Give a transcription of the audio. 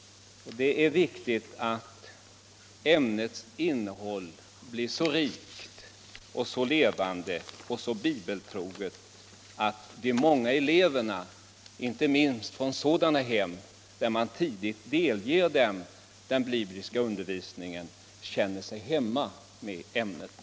Det är viktigt att ämnets innehåll blir så rikt och så levande och så bibeltroget att de många eleverna — inte minst från sådana hem där man tidigt delger dem den bibliska undervisningen — känner sig hemma med ämnet.